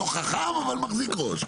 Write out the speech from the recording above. לא חכם, אבל מחזיק ראש.